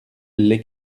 les